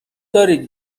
دارید